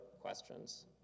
questions